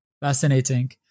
Fascinating